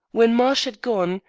when marsh had gone,